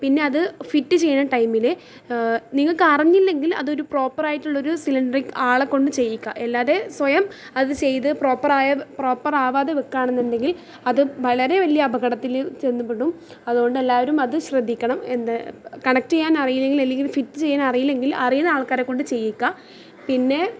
പിന്നെ അത് ഫിറ്റ് ചെയ്യുന്ന ടൈമിൽ നിങ്ങൾക്ക് അറിഞ്ഞില്ലെങ്കിൽ അതൊരു പ്രോപ്പറായിട്ടുള്ള ഒരു സിലിണ്ടറിക്ക് ആളെക്കൊണ്ട് ചെയ്യിക്കുക അല്ലാതെ സ്വയം അത് ചെയ്തു പ്രോപ്പറായ പ്രോപ്പറാവാതെ വയ്ക്കുക ആണെന്നുണ്ടെങ്കിൽ അത് വളരെ വലിയ അപകടത്തിൽ ചെന്നു പെടും അതുകൊണ്ട് എല്ലാവരും അത് ശ്രദ്ധിക്കണം എന്ത് കണക്റ്റ് ചെയ്യാൻ അറിയില്ലെങ്കിലും അല്ലെങ്കിൽ ഫിറ്റ് ചെയ്യാൻ അറിയില്ലെങ്കിൽ അറിയുന്ന ആൾക്കാരെക്കൊണ്ട് ചെയ്യിക്കുക പിന്നെ